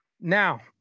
Now